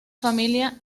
familia